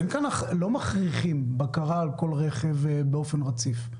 לא מכריחים בקרה על כל רכב באופן רציף.